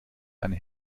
eine